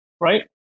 right